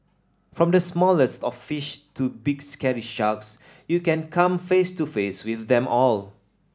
from the smallest of fish to big scary sharks you can come face to face with them all